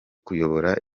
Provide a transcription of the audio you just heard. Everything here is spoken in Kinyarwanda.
kuyobora